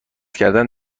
کردن